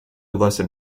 lesson